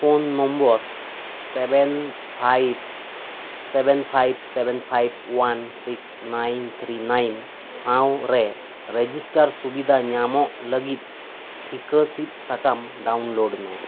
phone number seven five seven five seven five one six nine three nine ᱥᱟᱶ ᱨᱮ register ᱥᱩᱵᱤᱫᱷᱟ ᱧᱟᱢᱚᱜ ᱞᱟᱹᱜᱤᱫ ᱴᱷᱤᱠᱟᱹ ᱥᱤᱫ ᱥᱟᱠᱟᱢ ᱰᱟᱣᱩᱱᱞᱳᱰ ᱢᱮ